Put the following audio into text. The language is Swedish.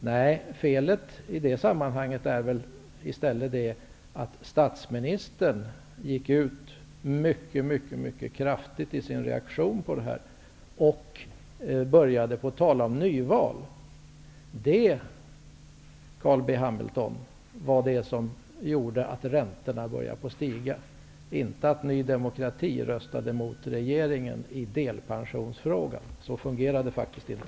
Nej, felet i det sammanhanget är väl i stället att statsministern gick ut mycket mycket kraftigt i sin reaktion och började tala om nyval. Det, Carl B Hamilton, var det som gjorde att räntorna började stiga, inte att Ny demokrati röstade mot regeringen i delpensionsfrågan, för så fungerar det faktiskt inte.